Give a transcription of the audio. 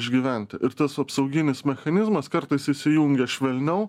išgyventi ir tas apsauginis mechanizmas kartais įsijungia švelniau